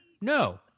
No